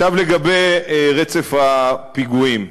עכשיו, לגבי רצף הפיגועים,